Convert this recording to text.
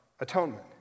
atonement